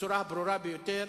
בצורה הברורה ביותר: